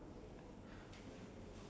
how many hours they want to keep us here